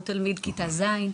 הוא תלמיד כיתה-ז׳.